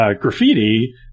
graffiti